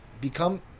become